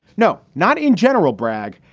no, not in general bragg.